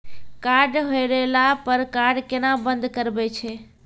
Card हेरैला पर card केना बंद करबै छै?